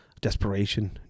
desperation